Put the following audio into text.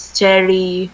cherry